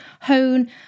hone